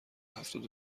هفتاد